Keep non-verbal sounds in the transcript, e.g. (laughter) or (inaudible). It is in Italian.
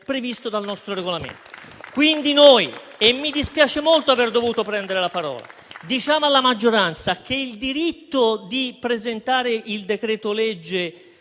previsto dal nostro Regolamento. (applause) Mi dispiace molto aver dovuto prendere la parola, ma noi diciamo alla maggioranza che è suo diritto presentare il decreto-legge